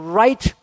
right